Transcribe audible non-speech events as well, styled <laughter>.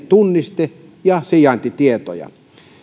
<unintelligible> tunniste ja sijaintitietoja